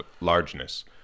largeness